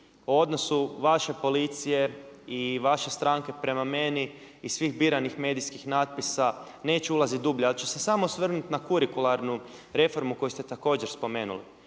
o odnosu vaše policije i vaše stranke prema meni i svih biranih medijskih natpisa neću ulaziti dublje ali ću se samo osvrnuti na kurikularnu reformu koju ste također spomenuli.